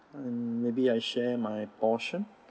mm maybe I share my portion